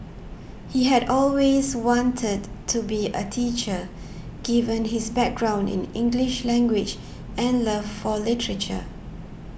he had always wanted to be a teacher given his background in English language and love for literature